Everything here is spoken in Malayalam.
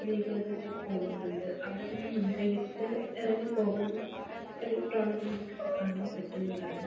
സ്ത്രീകൾ തന്നെ പോകുന്നുണ്ട് അവർ തന്നെ മുൻകൈ ഇട്ട് ഇറങ്ങി പോകുന്ന ഒരു പ്രവണത നമുക്കിപ്പോൾ കാണാൻ പറ്റുന്നതാണ്